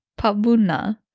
Pabuna